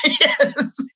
Yes